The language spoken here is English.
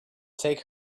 take